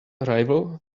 arrival